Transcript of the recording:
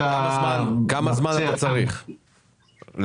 כמה זמן אתה צריך להערכתך?